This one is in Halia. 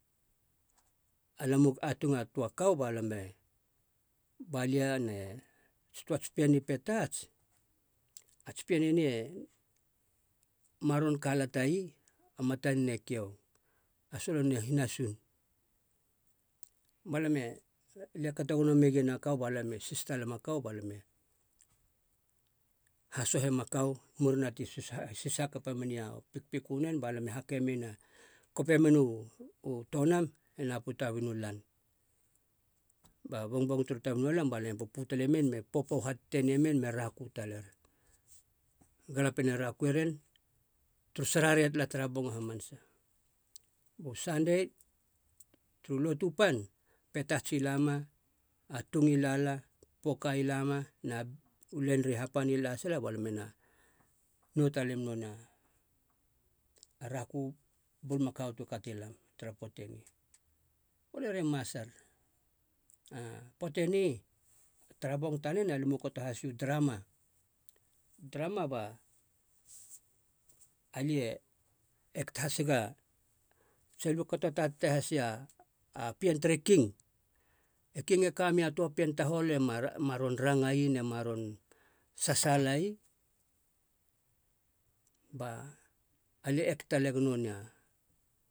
Alam u atung a toa kau balam e, balia ne ts'toa pien ni petats ats pien enie ma ron kalatai a matanen e kiou a solonen e hinasun, balam e alia e kato gono megien a kau balam e sis talema a kau balam e hasohema kau, muruna ti sis- sis hakapa meni a pikpiku nen balame hake men, kope men u- u tonam e nap u tabina u lan. ba bongbong turu taina u la balam e pupu talemen me popo hatetenei men me raku taler. A galapien e rakue ren, turu sararei tala tara bong hamanasa, bu sandei turu lotu pan, petats i lama, a tung i lala, poka i lama na u len ri hapan i la sila balam ena nou talem nonei a raku bulmakau tu kati lam tara poata eni. Ba nori e masar, a poata eni tara bong tanen, alam u kato hasi u trama, trama ba lie ek hasega tsi aliu kato tatate hasi a pien tere king. E king e ka mei a toa pien tahol`ema ron rangai ne ma ron sasaalai. Ba lie ek talegu nonei,